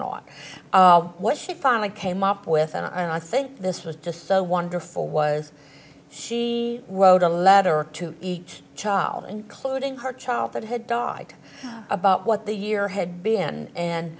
not what she finally came up with and i think this was just so wonderful was she wrote a letter to each child including her child that had died about what the year had been and